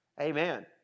amen